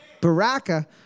Baraka